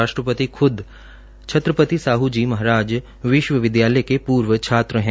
राष्ट्रपति ख़द छत्रपति साहू जी महाराज विश्वविद्यालय के पूर्व छात्र हैं